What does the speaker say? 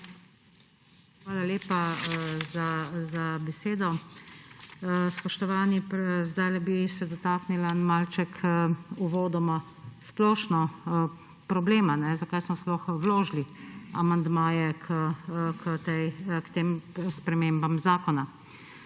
Hvala lepa za besedo. Spoštovani! Dotaknila bi se malček uvodoma splošno problema, zakaj smo sploh vložili amandmaje k tem spremembah zakona.